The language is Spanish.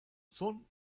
son